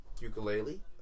ukulele